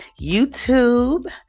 YouTube